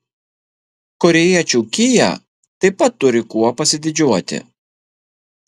korėjiečių kia taip pat turi kuo pasididžiuoti